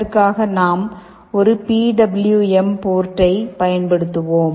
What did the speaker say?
அதற்காக நாம் ஒரு பி டபிள்யு எம் போர்ட்டைப் பயன்படுத்துவோம்